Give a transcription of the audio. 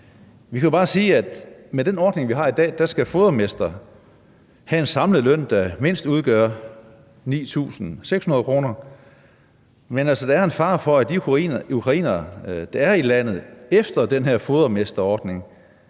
Vi må jo bare sige, at med den ordning, vi har i dag, skal fodermestre have en samlet løn, der mindst udgør 9.600 kr., men der er en fare for, at de ukrainere, der er i landet efter den her fodermesterordning,